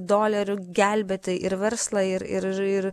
dolerių gelbėti ir verslą ir ir ir